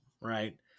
Right